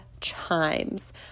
Chimes